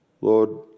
Lord